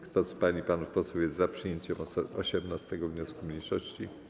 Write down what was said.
Kto z pań i panów posłów jest za przyjęciem 18. wniosku mniejszości?